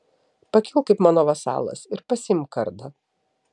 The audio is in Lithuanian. pakilk kaip mano vasalas ir pasiimk kardą